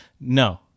No